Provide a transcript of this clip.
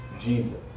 Jesus